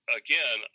again